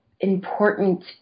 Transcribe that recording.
important